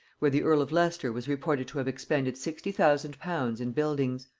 where the earl of leicester was reported to have expended sixty thousand pounds in buildings.